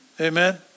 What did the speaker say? Amen